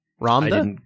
Ramda